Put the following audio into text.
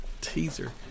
Teaser